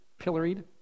pilloried